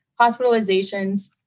hospitalizations